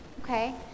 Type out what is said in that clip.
Okay